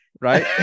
right